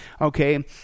Okay